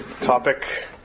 topic